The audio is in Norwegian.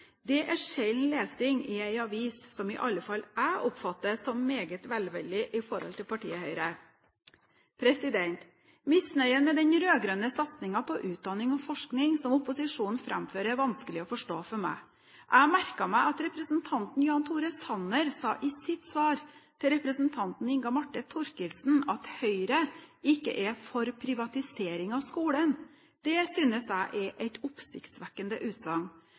Det er sjelden lesning i en avis som i alle fall jeg oppfatter som meget velvillig til partiet Høyre. Misnøyen med den rød-grønne satsingen på utdanning og forskning som opposisjonen framfører, er vanskelig å forstå for meg. Jeg merker meg at representanten Jan Tore Sanner i sitt svar til representanten Inga Marte Thorkildsen sa at Høyre ikke er for privatisering av skolen. Det synes jeg er et oppsiktsvekkende utsagn.